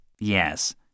Yes